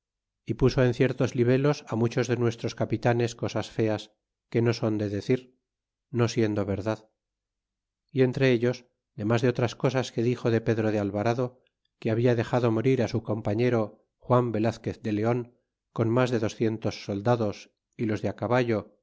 y puso en ciertos libelos á muchos de nuestros capitanes cosas feas que no son de decir no siendo verdad y entre ellos demas de otras cosas que dixo de pedro de alvarado que habia dexado morirá su compañero juan velazquez de leon con mas de docientos soldados y los de á caballo